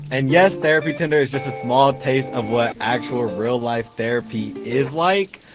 and yes, therapy tinder is just a small taste of what actual real-life therapy is like.